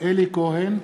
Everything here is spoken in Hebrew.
אלי כהן,